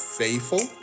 faithful